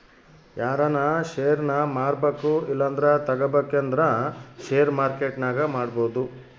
ಯಾರನ ಷೇರ್ನ ಮಾರ್ಬಕು ಇಲ್ಲಂದ್ರ ತಗಬೇಕಂದ್ರ ಷೇರು ಮಾರ್ಕೆಟ್ನಾಗ ಮಾಡ್ಬೋದು